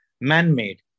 man-made